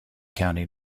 county